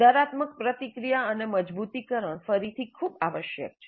સુધારાત્મક પ્રતિક્રિયા અને મજબૂતીકરણ ફરીથી ખૂબ આવશ્યક છે